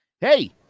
hey